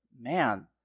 man